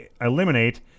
eliminate